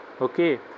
okay